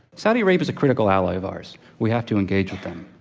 saudi arabia is a critical ally of ours. we have to engage with them.